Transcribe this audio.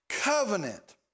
Covenant